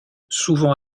souvent